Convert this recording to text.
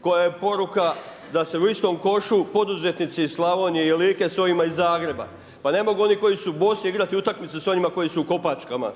Koja je poruka da su istom košu poduzetnici iz Slavonije i Like s ovima iz Zagreba? Pa ne mogu oni koji su bosi igrati utakmicu s onima koji su u kopačkama.